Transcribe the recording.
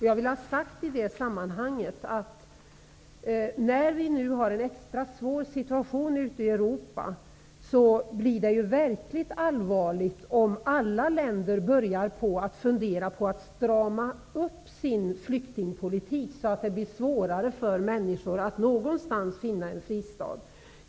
Jag vill också säga att det blir verkligt allvarligt, nu när vi har en extra svår situation i Europa, om alla länder börjar fundera på att strama upp sin flyktingpolitik, så att det blir svårare för människor att någonstans finna en fristad.